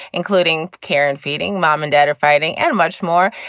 including care and feeding. mom and dad are fighting and much more.